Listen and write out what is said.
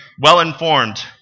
well-informed